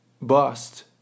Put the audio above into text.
bust